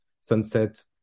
sunset